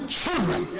children